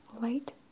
light